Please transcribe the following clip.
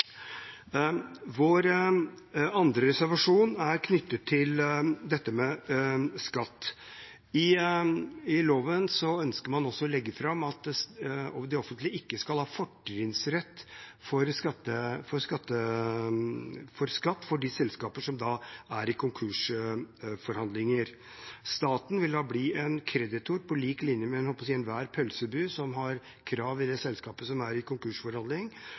Vår andre reservasjon er knyttet til dette med skatt. I loven ønsker man også å legge fram at det offentlige ikke skal ha fortrinnsrett for skatt for de selskapene som er i konkursforhandlinger. Staten vil da bli en kreditor på lik linje med – jeg holdt på å si – enhver pølsebu som har krav i det selskapet som er i